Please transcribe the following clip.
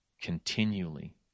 continually